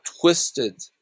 twisted